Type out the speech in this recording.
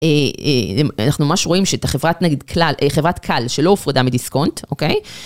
אנחנו ממש רואים שאת החברת נגיד כלל, חברת קל שלא הופרדה מדיסקונט, אוקיי?